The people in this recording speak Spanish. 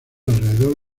alrededor